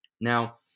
Now